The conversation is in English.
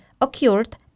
occurred